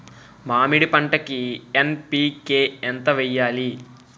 మామిడి పంటకి ఎన్.పీ.కే ఎంత వెయ్యాలి?